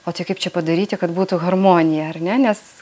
o tai čia kaip čia padaryti kad būtų harmonija ar ne nes